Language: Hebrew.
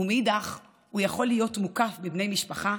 ומנגד הוא יכול להיות מוקף בבני משפחה,